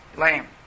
Lame